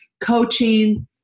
coaching